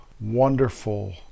wonderful